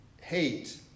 hate